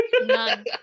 none